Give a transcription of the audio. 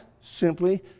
simply